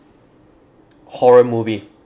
horror movie